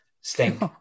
Stink